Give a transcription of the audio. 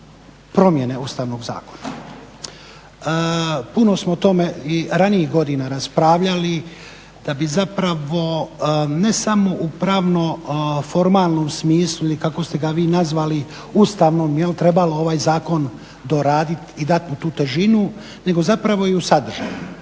promjene Ustavnog zakona. Puno smo o tome i ranijih godina raspravljali da bi zapravo ne samo u pravno-formalnom smislu ili kako ste ga vi nazvali ustavnom jel' trebalo ovaj zakon doraditi i dati mu tu težinu nego zapravo i u sadržaju.